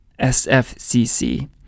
sfcc